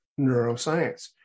neuroscience